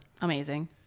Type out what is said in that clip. Amazing